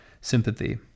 sympathy